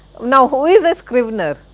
now who is a scrivener?